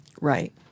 Right